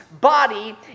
body